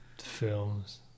films